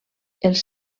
els